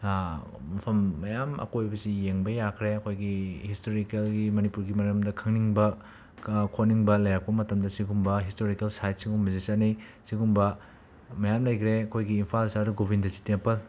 ꯃꯐꯝ ꯃꯌꯥꯝ ꯑꯀꯣꯏꯕꯁꯤ ꯌꯦꯡꯕ ꯌꯥꯈ꯭ꯔꯦ ꯑꯩꯈꯣꯏꯒꯤ ꯍꯤꯁꯇꯔꯤꯀꯦꯜꯒꯤ ꯃꯅꯤꯄꯨꯔꯒꯤ ꯃꯔꯝꯗ ꯈꯪꯅꯤꯡꯕ ꯈꯣꯠꯅꯤꯡꯕ ꯂꯩꯔꯛꯄ ꯃꯇꯝꯗ ꯁꯤꯒꯨꯝꯕ ꯍꯤꯁꯇꯣꯔꯤꯀꯦꯜ ꯁꯥꯏꯠ ꯁꯤꯒꯨꯝꯕꯁꯤ ꯆꯠꯅꯩ ꯁꯤꯒꯨꯝꯕ ꯃꯌꯥꯝ ꯂꯩꯈ꯭ꯔ ꯑꯩꯈꯣꯏꯒꯤ ꯏꯝꯐꯥꯜ ꯁꯍꯔꯗ ꯒꯣꯕꯤꯟꯗꯖꯤ ꯇꯦꯝꯄꯜ